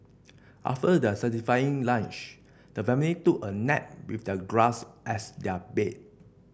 after their satisfying lunch the family took a nap with the grass as their bed